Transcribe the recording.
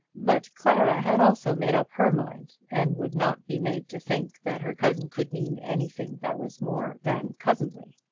but clara had also made up her mind, and would not be made to think that her cousin could mean anything that was more than cousinly.